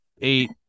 eight